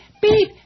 beep